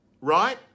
right